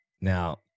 Now